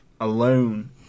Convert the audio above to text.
alone